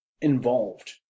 involved